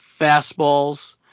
fastballs